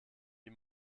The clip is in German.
die